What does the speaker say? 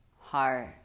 heart